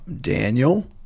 Daniel